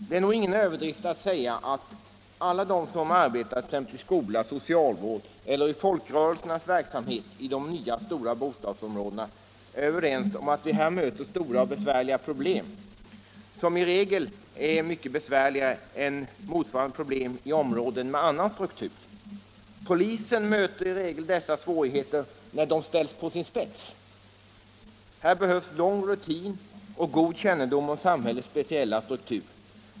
Det är nog ingen överdrift att säga att alla de som i skolan, inom socialvården eller i folkrörelsernas verksamhet arbetar i de nya stora bostadsområdena är överens om att vi här möter stora och besvärliga problem, som i regel är mycket besvärligare än motsvarande problem i områden med annan struktur. Polisen möter i regel dessa svårigheter när 123 de ställs på sin spets. Här behövs lång rutin och god kännedom om samhällets speciella struktur.